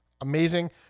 amazing